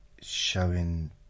showing